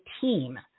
team